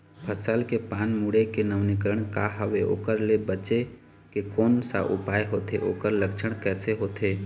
फसल के पान मुड़े के नवीनीकरण का हवे ओकर ले बचे के कोन सा उपाय होथे ओकर लक्षण कैसे होथे?